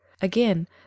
Again